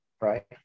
right